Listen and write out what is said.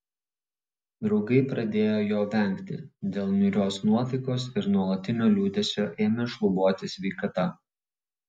draugai pradėjo jo vengti dėl niūrios nuotaikos ir nuolatinio liūdesio ėmė šlubuoti sveikata